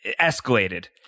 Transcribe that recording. escalated